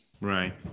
Right